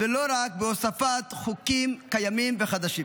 ולא רק בהוספת חוקים קיימים וחדשים.